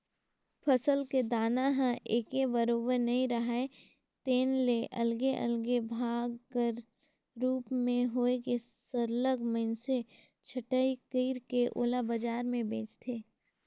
फसल के दाना ह एके बरोबर नइ राहय तेन ले अलगे अलगे भाग कर रूप में होए के सरलग मइनसे छंटई कइर के ओला बजार में बेंचथें